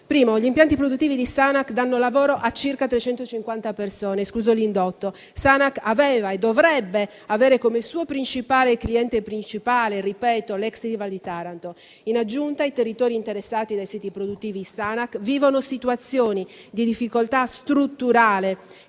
Gli impianti produttivi di Sanac, infatti, danno lavoro a circa 350 persone, escluso l'indotto. Sanac aveva e dovrebbe avere come suo principale cliente l'ex Ilva di Taranto. In aggiunta, i territori interessati dai siti produttivi Sanac vivono situazioni di difficoltà strutturale